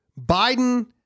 Biden